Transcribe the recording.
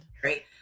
Great